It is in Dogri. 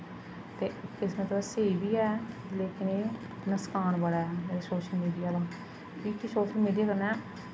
ते इस बास्तै स्हेई बी ऐ लेकिन एह् नुकसान बड़ा ऐ सोशल मीडिया दा की के सोशल मीडिया कन्नै